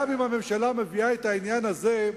גם אם הממשלה מביאה את העניין הזה,